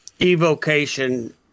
evocation